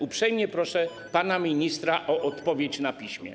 Uprzejmie proszę pana ministra o odpowiedź na piśmie.